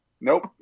Nope